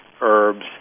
herbs